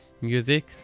music